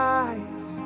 eyes